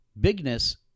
bigness